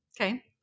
Okay